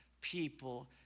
people